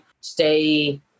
stay